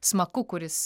smaku kuris